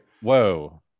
Whoa